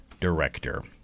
director